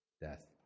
death